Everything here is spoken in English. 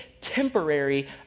temporary